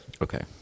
Okay